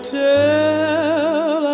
tell